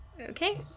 Okay